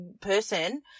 person